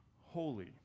holy